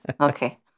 Okay